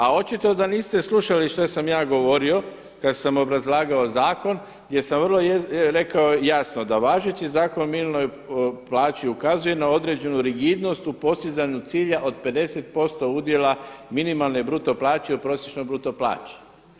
A očito da niste slušali što sam ja govorio kada sam obrazlagao zakon jer sam vrlo rekao jasno da važeći Zakon o minimalnoj plaći ukazuje na određenu rigidnost u postizanju cilja od 50% udjela minimalne i bruto plaće u prosječnoj bruto plaći.